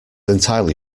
entirely